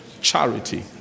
Charity